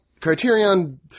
Criterion